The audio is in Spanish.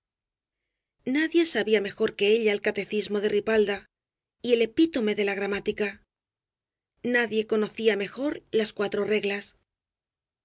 nadie sabía mejor que ella el catecismo de ripalda y el epítome de la gramática nadie conocía mejor las cuatro reglas